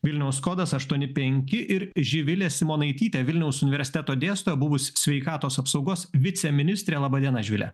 vilniaus kodas aštuoni penki ir živilė simonaitytė vilniaus universiteto dėstytoja buvusi sveikatos apsaugos viceministrė laba diena živile